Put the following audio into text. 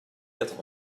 quatre